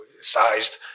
sized